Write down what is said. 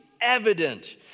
evident